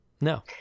No